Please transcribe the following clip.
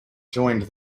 joined